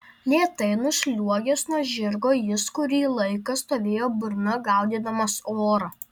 lėtai nusliuogęs nuo žirgo jis kurį laiką stovėjo burna gaudydamas orą